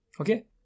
Okay